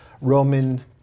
Roman